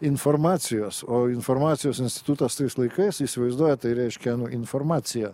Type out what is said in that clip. informacijos o informacijos institutas tais laikais įsivaizduojat tai reiškia informaciją